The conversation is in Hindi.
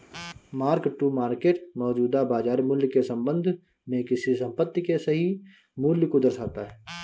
मार्क टू मार्केट मौजूदा बाजार मूल्य के संबंध में किसी संपत्ति के सही मूल्य को दर्शाता है